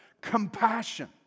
compassion